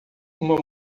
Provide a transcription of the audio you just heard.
uma